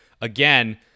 again